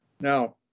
Now